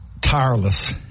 Tireless